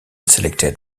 selected